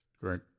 Right